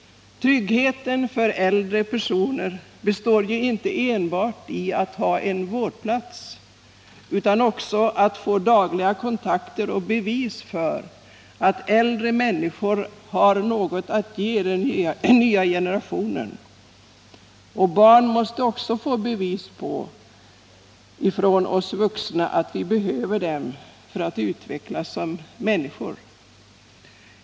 Tryggheten för äldre personer består inte enbart i att ha en vårdplats utan också i att få dagliga kontakter och bevis för att äldre människor har något att ge den nya generationen. Barn måste också få bevis från oss vuxna på att vi behöver dem för att utvecklas som människor.